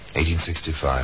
1865